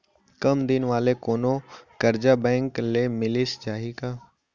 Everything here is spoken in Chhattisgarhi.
कम दिन वाले कोनो करजा बैंक ले मिलिस जाही का?